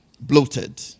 bloated